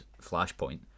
flashpoint